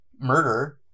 murder